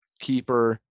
keeper